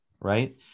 Right